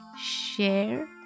share